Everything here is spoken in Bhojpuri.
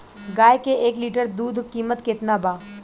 गाय के एक लीटर दूध कीमत केतना बा?